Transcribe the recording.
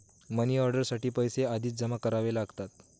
money order साठी पैसे आधीच जमा करावे लागतात